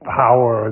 power